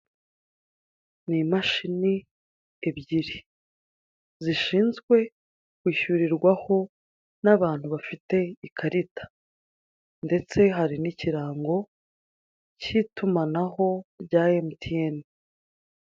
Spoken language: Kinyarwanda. Ni imashini ebyiri zishinzwe kwishyurirwaho n'abantu bafite ikarita ndetse hari n'ikirango k'itumanaho rya emutiyene.